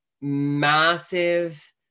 massive